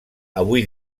avui